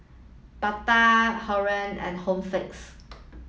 Bata and Home Fix